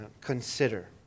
consider